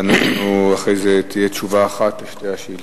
ואחרי זה תהיה תשובה אחת על שתי השאילתות.